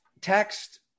text